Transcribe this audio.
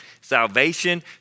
salvation